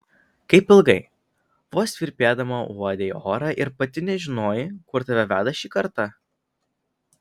kaip ilgai vos virpėdama uodei orą ir pati nežinojai kur tave veda šį kartą